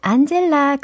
Angela